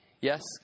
Yes